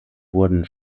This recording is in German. wurden